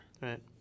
Right